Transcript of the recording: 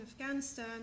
Afghanistan